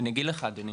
אני אגיד לך אדוני.